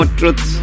truth